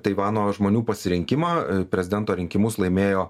taivano žmonių pasirinkimą prezidento rinkimus laimėjo